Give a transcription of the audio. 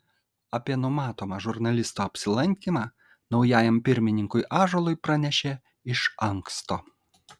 apie numatomą žurnalisto apsilankymą naujajam pirmininkui ąžuolui pranešė iš anksto